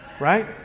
right